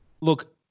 Look